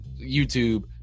youtube